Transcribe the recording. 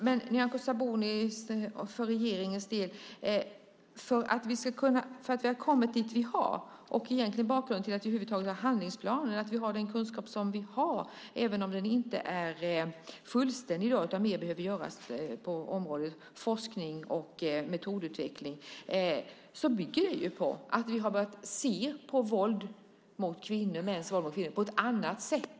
Men för att vi har kommit dit vi har och över huvud taget har en handlingsplan - att vi alls har denna kunskap även om den inte är fullständig utan det finns mycket att göra på området när det gäller forskning och metodutveckling - bygger ju på att vi har börjat se på mäns våld mot kvinnor på ett annat sätt.